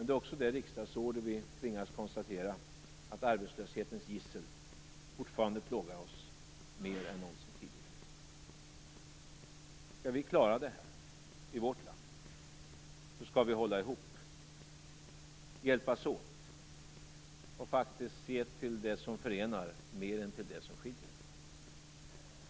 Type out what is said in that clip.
Men det är också det riksdagsår då vi tvingas att konstatera att arbetslöshetens gissel fortfarande plågar oss mer än någonsin tidigare. Skall vi klara det här i vårt land, skall vi hålla ihop, hjälpas åt och faktiskt se till det som förenar mer än till det som skiljer.